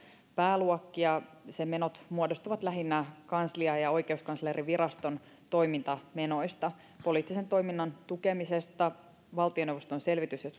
pääluokkia sen menot muodostuvat lähinnä kanslian ja oikeuskanslerinviraston toimintamenoista poliittisen toiminnan tukemisesta valtioneuvoston selvitys